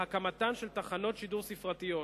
להקמתן של תחנות שידור ספרתיות.